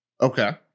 Okay